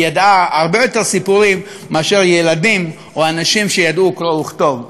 היא ידעה הרבה יותר סיפורים מאשר ילדים או אנשים שידעו קרוא וכתוב.